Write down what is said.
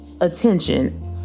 attention